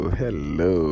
hello